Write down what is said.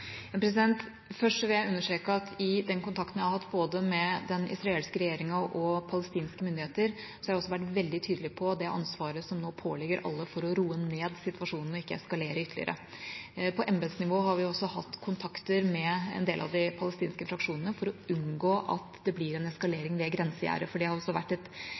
Først vil jeg understreke at i den kontakten jeg har hatt både med den israelske regjeringa og palestinske myndigheter, har jeg også vært veldig tydelig på det ansvaret som nå påligger alle for å roe ned situasjonen og ikke eskalere ytterligere. På embetsnivå har vi også hatt kontakter med en del av de palestinske fraksjonene for å unngå at det blir en eskalering ved grensegjerdet, for det har også vært et